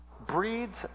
breeds